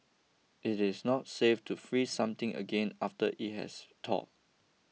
it is not safe to freeze something again after it has thawed